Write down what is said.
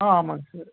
ஆ ஆமாங்க சார்